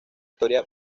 historia